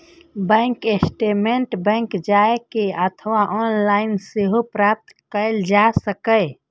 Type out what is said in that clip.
bank statement bank जाए के अथवा ऑनलाइन सेहो प्राप्त कैल जा सकैए